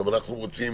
גם אנחנו רוצים